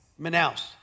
Manaus